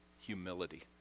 humility